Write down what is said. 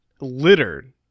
littered